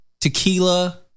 tequila